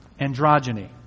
Androgyny